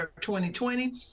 2020